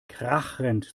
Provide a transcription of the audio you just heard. krachend